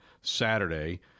Saturday